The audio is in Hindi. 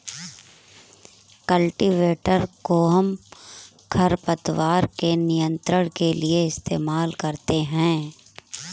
कल्टीवेटर कोहम खरपतवार के नियंत्रण के लिए इस्तेमाल करते हैं